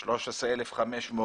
ל-13,500,